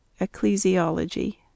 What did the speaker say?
ecclesiology